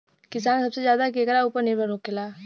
किसान सबसे ज्यादा केकरा ऊपर निर्भर होखेला?